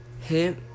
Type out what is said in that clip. hit